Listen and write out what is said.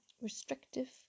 restrictive